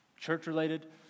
church-related